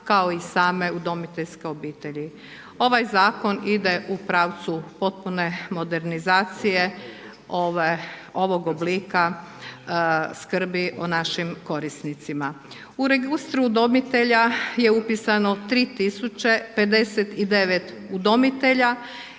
kao i same udomiteljske obitelji. Ovaj Zakon ide u pravcu potpune modernizacije ovog oblika skrbi o našim korisnicima. U registru udomitelja je upisano 3059 udomitelja